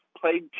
played